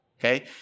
okay